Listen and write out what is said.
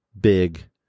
big